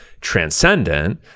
transcendent